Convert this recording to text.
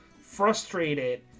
frustrated